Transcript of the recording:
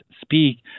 speak